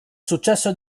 successo